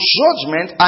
judgment